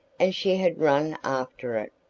and she had run after it.